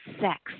sex